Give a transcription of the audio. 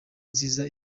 nziza